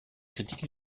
critiques